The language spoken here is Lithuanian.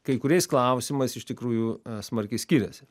kai kuriais klausimais iš tikrųjų smarkiai skyrėsi